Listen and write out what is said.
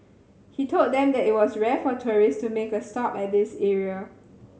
he told them that it was rare for tourists to make a stop at this area